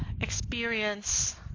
experience